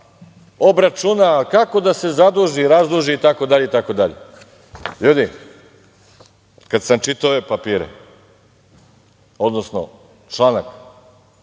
obračuna, kako da se zaduži, razduži itd. Ljudi, kada sam čitao ove papire, odnosno članak